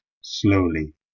slowly